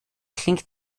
klingt